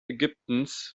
ägyptens